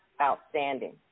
Outstanding